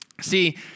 See